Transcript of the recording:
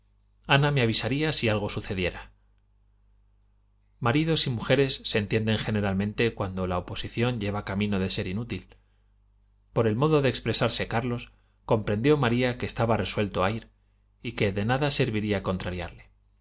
me avisaría si algo sucediera maridos y mujeres se entienden generalmente cuando la oposición lleva camino de ser inútil por el modo de expresarse carlos comprendió maría que estaba resuelto a ir y que de nada serviría contrariarle